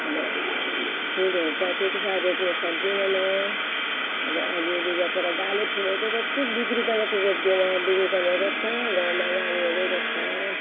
अब फुलहरू त त्यति साह्रो रोप्नु सक्दिनँ म अब अलि अलि रोपेको डाले फुलहरू त रोप्छु बिक्री गर्नु चाहिँ रोप्दिनँ बिक्री गर्नेहरूले रोप्छ गाउँमा नानीहरूले रोप्छ